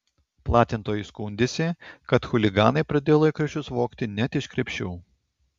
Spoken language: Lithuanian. platintojai skundėsi kad chuliganai pradėjo laikraščius vogti net iš krepšių